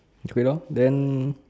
okay lor then